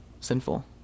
sinful